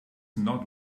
not